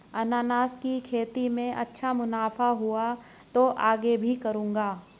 अनन्नास की खेती में अच्छा मुनाफा हुआ तो आगे भी करूंगा